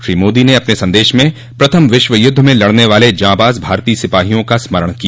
श्री मोदी ने अपने संदेश में प्रथम विश्व युद्ध में लड़ने वाले जाबांज भारतीय सिपाहियों का स्मरण किया